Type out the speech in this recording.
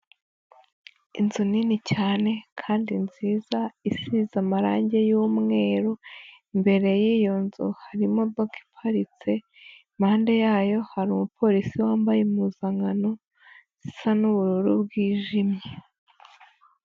Inzu nini cyane kandi nziza isize amarangi y'umweru, imbere yiyo nzu hari imodoka iparitse impande yayo hari umupolisi wambaye impuzankano isa n'ubururu bwijimye.